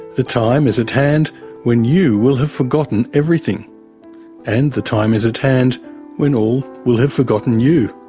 the time is at hand when you will have forgotten everything and the time is at hand when all will have forgotten you.